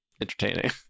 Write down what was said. entertaining